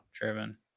Driven